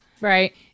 Right